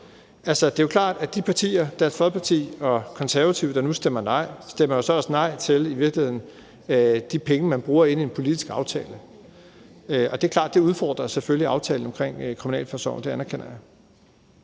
det er jo klart, at de partier – Dansk Folkeparti og Konservative – der nu stemmer nej, så i virkeligheden også stemmer nej til de penge, man bruger med den politiske aftale. Det er klart, at det selvfølgelig udfordrer aftalen omkring kriminalforsorgen – det anerkender jeg.